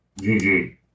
GG